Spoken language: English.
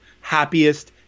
happiest